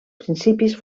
principis